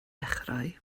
dechrau